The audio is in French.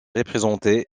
représentés